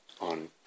on